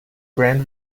grand